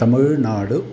तमिळ्नाडुः